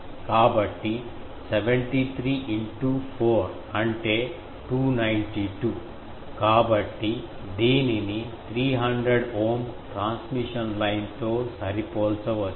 కాబట్టి 73 into 4 అంటే 292 కాబట్టి దీనిని 300 ఓం ట్రాన్స్మిషన్ లైన్తో సరిపోల్చవచ్చు